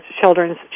children's